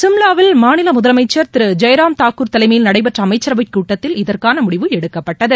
சிம்லாவில் மாநில முதலமைச்சர் திரு ஜெயராம் தாக்கூர் தலைமயில் நடைபெற்ற அமைச்சரவை கூட்டத்தில் இதற்கான முடிவு எடுக்கப்பட்டது